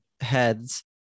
heads